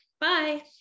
Bye